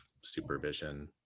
supervision